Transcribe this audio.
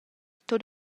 tut